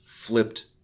flipped